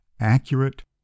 accurate